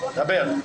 בוקר טוב.